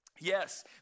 Yes